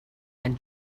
and